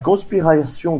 conspiration